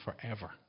forever